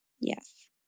yes